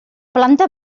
planta